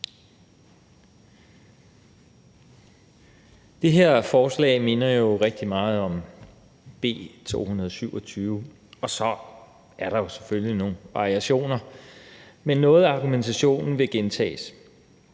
Det her forslag minder jo rigtig meget om B 227, og så er der jo selvfølgelig nogle variationer, men noget af argumentationen vil blive gentaget.